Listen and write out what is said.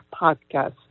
podcast